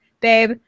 babe